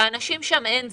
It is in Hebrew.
שלאנשים שם אין זמן.